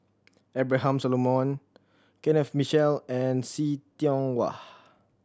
Abraham Solomon Kenneth Mitchell and See Tiong Wah